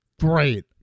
Great